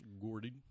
Gordy